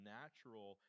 natural